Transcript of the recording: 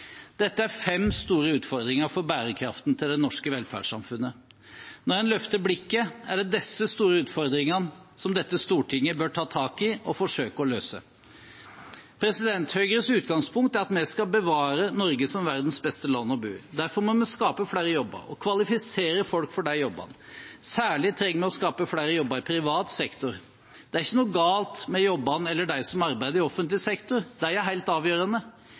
Dette er fem store utfordringer for bærekraften til det norske velferdssamfunnet. Når man løfter blikket, er det disse store utfordringene som dette stortinget bør ta tak i og forsøke å løse. Høyres utgangspunkt er at vi skal bevare Norge som verdens beste land å bo i. Derfor må vi skape flere jobber og kvalifisere folk for de jobbene. Særlig trenger vi å skape flere jobber i privat sektor. Det er ikke noe galt med jobbene eller de som arbeider i offentlig sektor. De er helt avgjørende.